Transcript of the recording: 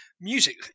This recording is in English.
music